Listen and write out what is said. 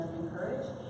encouraged